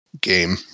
game